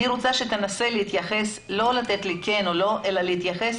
אני רוצה שלא תגיד לי כן או לא אלא תתייחס